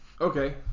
Okay